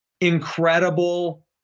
incredible